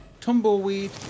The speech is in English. tumbleweed